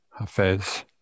Hafez